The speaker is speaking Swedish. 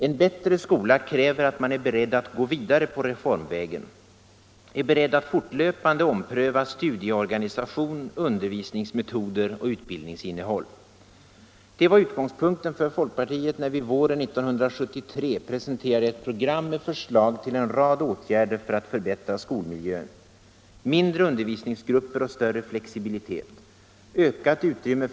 En bättre skola kräver att man är beredd att gå vidare på reformvägen, är beredd att fortlöpande ompröva studieorganisation, undervisningsmetoder och utbildningsinnehåll. Det var utgångspunkten för folkpartiet när vi våren 1973 presenterade ett program med förslag till en rad åtgärder för att förbättra skolmiljön — mindre undervisningsgrupper och större flexibilitet, ökat utrymme.